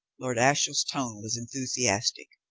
lord ashiel's tone was enthusiastic.